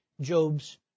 Job's